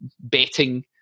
betting